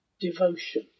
devotion